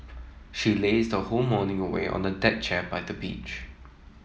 she lazed her whole morning away on the deck chair by the beach